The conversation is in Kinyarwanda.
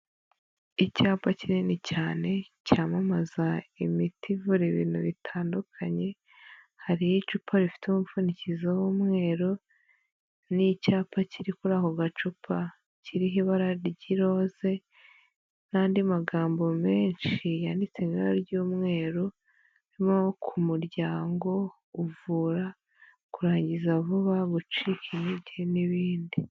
Icyapa kinini cyane cyamamaza imiti ivura ibintu bitandukanye, hariho icupa rifite umupfundikizo w'umweru n'icyapa kiri kuri ako gacupa kiriho ibara ry'iroze, n'andi magambo menshi yanditse mu ibara ry'umweru, nko ku muryango, uvura kurangiza vuba, gucika intege n'ibindi.